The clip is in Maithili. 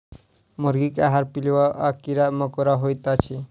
मुर्गीक आहार पिलुआ आ कीड़ा मकोड़ा होइत अछि